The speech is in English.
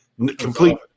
Complete